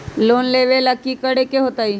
Loan लेबे ला की कि करे के होतई?